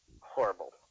horrible